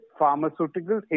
pharmaceutical